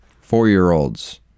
four-year-olds